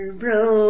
bro